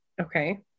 Okay